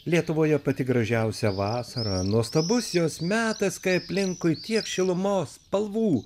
lietuvoje pati gražiausia vasara nuostabus jos metas kai aplinkui tiek šilumos spalvų